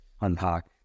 unpack